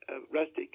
Rustic